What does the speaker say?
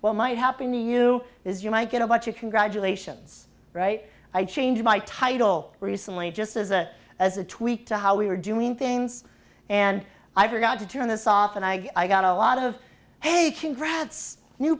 well might happen you is you might get a bunch of congratulations right i changed my title recently just as a as a tweak to how we were doing things and i forgot to turn this off and i got a lot of hey congrats new